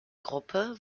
gruppe